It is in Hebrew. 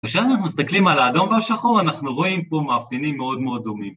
כשאנחנו מסתכלים על האדום והשחור אנחנו רואים פה מאפיינים מאוד מאוד דומים.